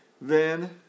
then